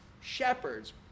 shepherds